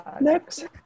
Next